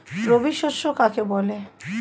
রবি শস্য কাকে বলে?